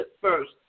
first